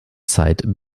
zeit